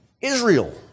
Israel